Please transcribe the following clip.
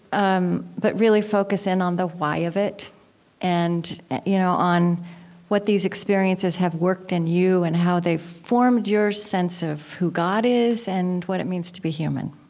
um but really focus in on the why of it and you know on what these experiences have worked in you, and how they've formed your sense of who god is and what it means to be human.